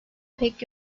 pek